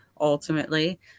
ultimately